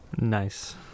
nice